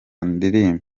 ndirimbe